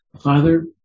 Father